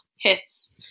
hits